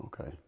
Okay